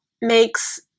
makes